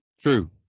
True